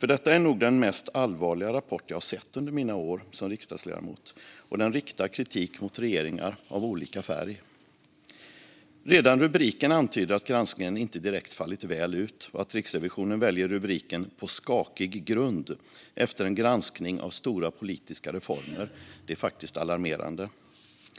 Detta är nog den mest allvarliga rapport jag sett under mina år som riksdagsledamot, och den riktar kritik mot regeringar av olika färg. Redan rubriken antyder att granskningen inte direkt fallit väl ut, och att Riksrevisionen väljer rubriken På skakig grund efter en granskning av stora politiska reformer är faktiskt alarmerande.